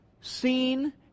seen